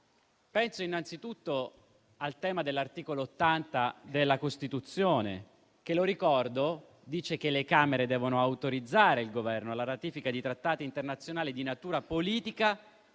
Penso innanzitutto al tema dell'articolo 80 della Costituzione, che - lo ricordo - prevede che le Camere autorizzino il Governo alla ratifica di trattati internazionali di natura politica